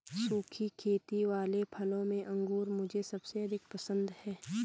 सुखी खेती वाले फलों में अंगूर मुझे सबसे अधिक पसंद है